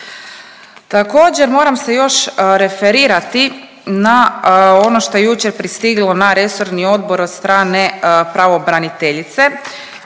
Također moram se još referirati na ono što je jučer pristiglo na resorni odbor od strane pravobraniteljice